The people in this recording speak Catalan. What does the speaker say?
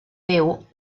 déu